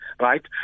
right